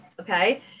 Okay